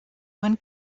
one